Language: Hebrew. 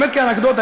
באמת כאנקדוטה,